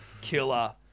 killer